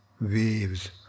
waves